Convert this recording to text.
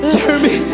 Jeremy